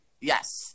Yes